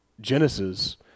Genesis